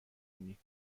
کنید